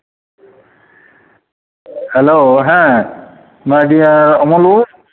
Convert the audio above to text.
hello ᱦᱮᱸ my dear Amal ᱵᱟᱹᱵᱩ